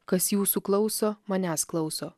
kas jūsų klauso manęs klauso